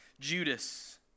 Judas